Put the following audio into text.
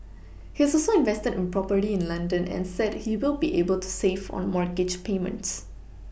he has also invested in property in London and said he will be able to save on mortgage payments